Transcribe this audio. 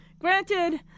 Granted